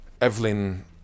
Evelyn